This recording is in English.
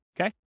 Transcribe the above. Okay